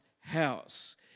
house